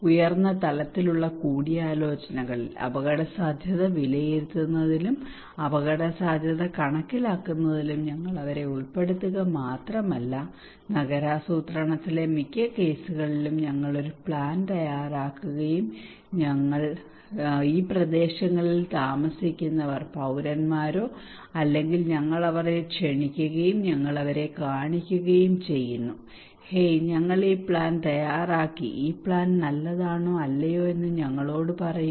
ഉയർന്ന തലത്തിലുള്ള കൂടിയാലോചനകളിൽ അപകടസാധ്യത വിലയിരുത്തുന്നതിലും അപകടസാധ്യത കണക്കാക്കുന്നതിലും ഞങ്ങൾ അവരെ ഉൾപ്പെടുത്തുക മാത്രമല്ല നഗരാസൂത്രണത്തിലെ മിക്ക കേസുകളിലും ഞങ്ങൾ ഒരു പ്ലാൻ തയ്യാറാക്കുകയും ഞങ്ങൾ പ്ലാൻ തയ്യാറാക്കുകയും തുടർന്ന് ഈ പ്രദേശങ്ങളിൽ താമസിക്കുന്നവർ പൌരന്മാരോ അല്ലെങ്കിൽ ഞങ്ങൾ അവരെ ക്ഷണിക്കുകയും ഞങ്ങൾ അവരെ കാണിക്കുകയും ചെയ്യുന്നു ഹേയ് ഞങ്ങൾ ഈ പ്ലാൻ തയ്യാറാക്കി ഈ പ്ലാൻ നല്ലതാണോ അല്ലയോ എന്ന് ഞങ്ങളോട് പറയൂ